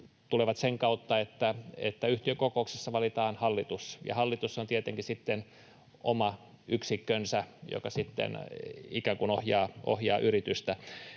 tulevat sen kautta, että yhtiökokouksessa valitaan hallitus, ja hallitushan on tietenkin sitten oma yksikkönsä, joka ohjaa yritystä.